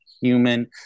human